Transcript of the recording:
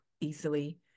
easily